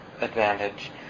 advantage